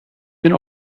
been